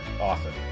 often